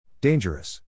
Dangerous